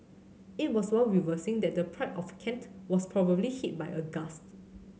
it was while reversing that the Pride of Kent was probably hit by a gust